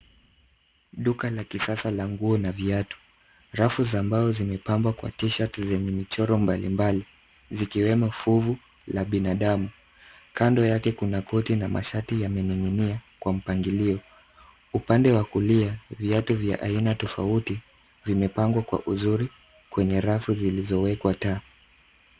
Duka la kisasa la nguo na viatu. Rafu za mbao zimepambwa kwa t-shirt zenye michoro mbalimbali zikiwemo fuvu la binadamu. Kando yake kuna koti na mashati yamening'inia kwa mpangilio. Upande wa kulia, viatu vya aina tofauti vimepangwa kwa uzuri kwenye rafu zilizowekwa taa.